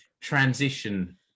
transition